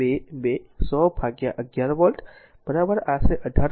તેથી તે 2 2 100 by 11 volt આશરે 18